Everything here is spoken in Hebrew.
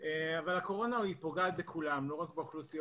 הקורונה פוגעת בכולם, לא רק באוכלוסיות